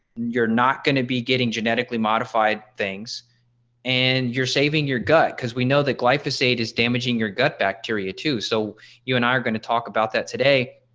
you're not going to be getting genetically modified things and you're saving your gut because we know that glyphosate is damaging your gut bacteria too. so you and i are going to talk about that today.